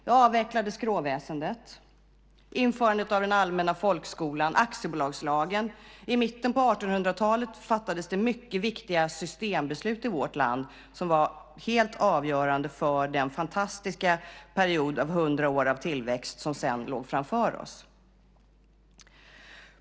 Det avvecklade skråväsendet, införandet av den allmänna folkskolan, aktiebolagslagen - i mitten på 1800-talet fattades det mycket viktiga systembeslut i vårt land som var helt avgörande för den fantastiska period av hundra år av tillväxt som sedan låg framför oss.